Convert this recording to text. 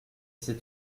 c’est